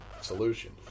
solution